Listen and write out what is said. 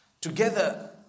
Together